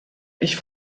ich